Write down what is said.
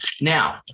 now